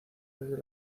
desde